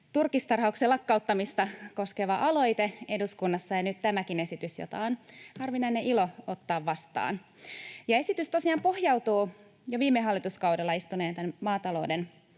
turkistarhauksen lakkauttamista koskeva aloite eduskunnassa ja nyt tämäkin esitys, jota on harvinainen ilo ottaa vastaan. Esitys tosiaan pohjautuu jo viime hallituskaudella istuneen maatalouden